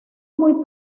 muy